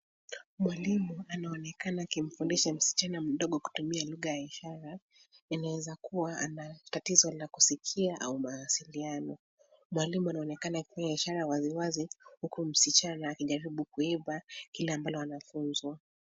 Mwalimu, anaonekana akimfundisha msichana mdogo kutumia lugha ya ishara. Inaweza kuwa, ana tatizo la kusikia au mawasiliano. Mwalimu anaonekana kufanya ishara wazi wazi, huku msichana akijaribu kuimba, kile ambalo anafunzwa.